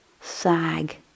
sag